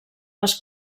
les